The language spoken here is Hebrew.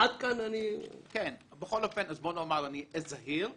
אני אהיה זהיר ואומר,